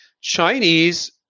Chinese